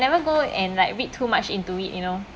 never go and like read too much into it you know